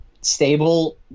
stable